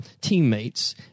teammates